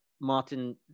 Martin